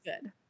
good